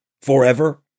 forever